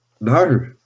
no